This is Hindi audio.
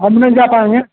हम नहीं जा पाएँगे